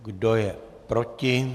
Kdo je proti?